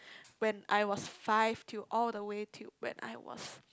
when I was five to all the way to when I was